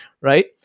right